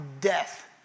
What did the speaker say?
death